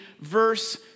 verse